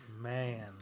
Man